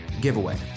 giveaway